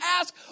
ask